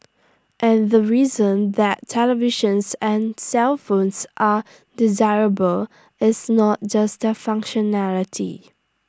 and the reason that televisions and cellphones are desirable is not just their functionality